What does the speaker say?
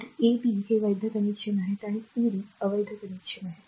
तरa b हे वैध connection आहेत c d अवैध कनेक्शन आहेत